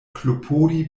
klopodi